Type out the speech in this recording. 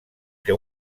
que